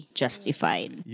justified